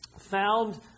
found